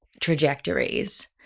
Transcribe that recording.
trajectories